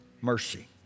mercy